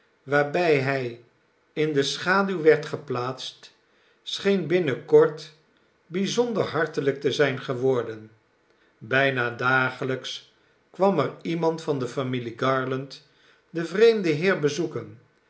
waarbij hij in de schaduw werd geplaatst scheen binnen kort bijzonder hartelijk te zijn geworden bijna dagelijks kwam er iemand van de familie garland den vreemden heer bezoeken